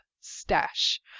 Stash